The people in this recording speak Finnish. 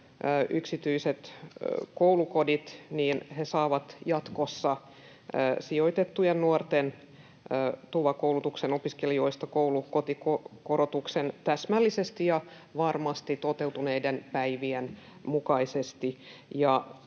yksityiset koulukodit saavat jatkossa sijoitettujen nuorten TUVA-koulutuksen opiskelijoista koulukotikorotuksen täsmällisesti ja varmasti toteutuneiden päivien mukaisesti